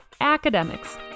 academics